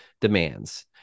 demands